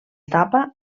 etapa